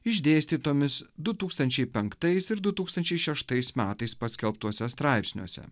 išdėstytomis du tūkstančiai penktais ir du tūkstančiai šeštais metais paskelbtuose straipsniuose